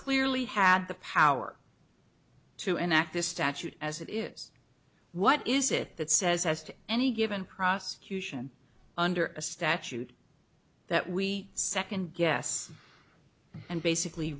clearly had the power to enact this statute as it is what is it that says as to any given prosecution under a statute that we second guess and basically